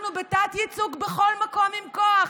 אנחנו בתת-ייצוג בכל מקום עם כוח.